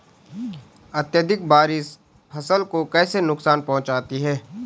अत्यधिक बारिश फसल को कैसे नुकसान पहुंचाती है?